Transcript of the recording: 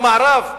במערב,